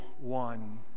one